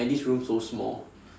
like this room so small